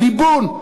הליבון,